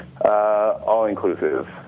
All-inclusive